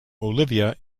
olivia